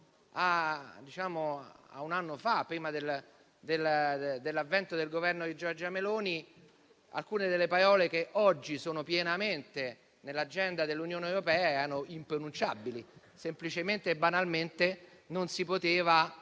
a un anno fa, prima dell'avvento del Governo di Giorgia Meloni, alcune delle parole che oggi sono pienamente nell'agenda dell'Unione europea erano impronunciabili. Semplicemente e banalmente non si poteva